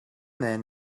then